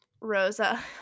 Rosa